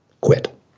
quit